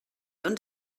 ond